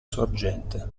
sorgente